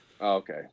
okay